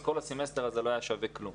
כל הסמסטר הזה לא היה שווה כלום.